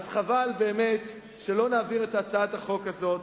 חבל באמת שלא נעביר את הצעת החוק הזאת,